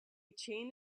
chain